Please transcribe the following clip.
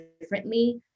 differently